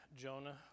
Jonah